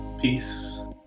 Peace